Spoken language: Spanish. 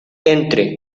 entre